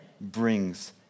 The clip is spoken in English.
brings